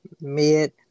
Mid